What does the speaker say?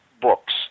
books